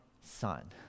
son